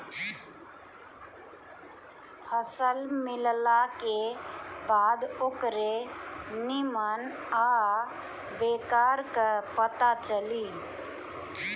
फसल मिलला के बाद ओकरे निम्मन आ बेकार क पता चली